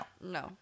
No